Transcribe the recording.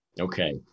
Okay